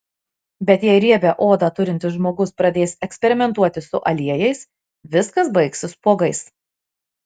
bet jei riebią odą turintis žmogus pradės eksperimentuoti su aliejais viskas baigsis spuogais